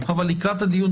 אבל לקראת הדיון,